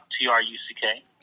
T-R-U-C-K